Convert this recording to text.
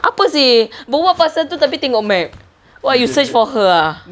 apa seh berbual pasal tu tapi tengok map !wah! you search for her ah